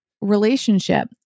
relationship